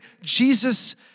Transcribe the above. Jesus